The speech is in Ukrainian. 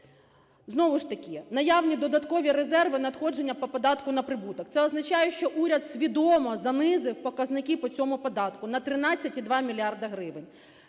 Знову ж таки, наявні додаткові резерви надходження по податку на прибуток. Це означає, що уряд свідомо занизив показники по цьому податку на 13,2 мільярда